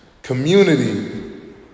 Community